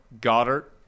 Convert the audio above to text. Goddard